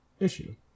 issue